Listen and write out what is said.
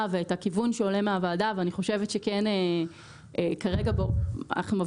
ואת הכיוון שעולה מהוועדה ואני חושבת שאנחנו מבינים